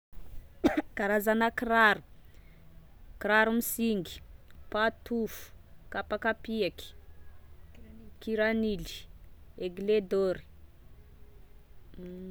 Karazana kiraro: kiraro misingy, patofo, kapa kapiaky, kiranily, aigle d'or,